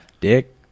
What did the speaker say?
Dick